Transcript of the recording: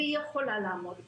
והיא יכולה לעמוד בזה,